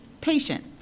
patient